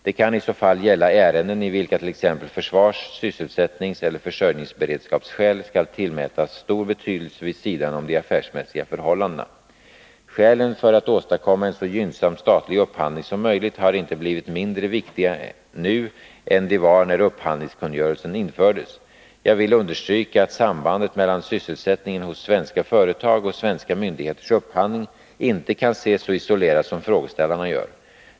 Det kan i så fall gälla ärenden i vilka t.ex. försvars-, sysselsättningseller försörjningsberedskapsskäl skall tillmätas stor betydelse vid sidan av de affärsmässiga förhållandena. Skälen för att åstadkomma en så gynnsam statlig upphandling som möjligt har inte blivit mindre viktiga nu än de var när upphandlingskungörelsen infördes. Jag vill understryka att sambandet mellan sysselsättningen hos svenska företag och svenska myndigheters upphandling inte kan ses så isolerat som frågeställarna gör.